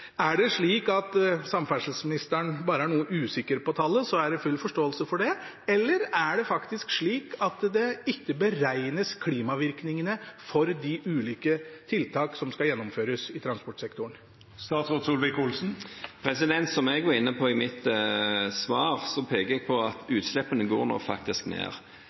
Er det slik at samferdselsministeren bare er noe usikker på tallet – jeg har full forståelse for det – eller er det faktisk slik at klimavirkningene ikke beregnes for de ulike tiltakene som skal gjennomføres i transportsektoren? Som jeg var inne på i mitt svar, går utslippene nå faktisk ned.